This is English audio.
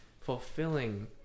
fulfilling